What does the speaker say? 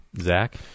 Zach